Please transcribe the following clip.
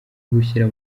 gushyira